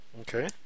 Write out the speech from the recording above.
Okay